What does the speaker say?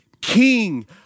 king